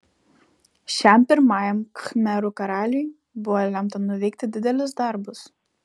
šiam pirmajam khmerų karaliui buvo lemta nuveikti didelius darbus